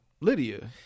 Lydia